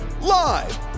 live